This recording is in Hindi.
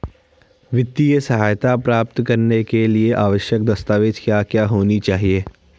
वित्तीय सहायता प्राप्त करने के लिए आवश्यक दस्तावेज क्या क्या होनी चाहिए?